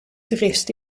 toerist